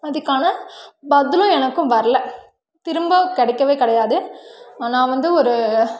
அதுக்கான பதிலும் எனக்கும் வரல திரும்ப கிடைக்கவே கிடையாது நான் வந்து ஒரு